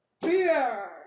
Beer